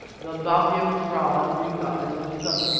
the babyan-frau, hendrika, is with them.